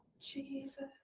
Jesus